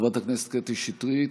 חברת הכנסת קטי שטרית,